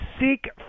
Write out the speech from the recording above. seek